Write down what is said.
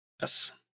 Yes